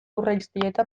urreiztieta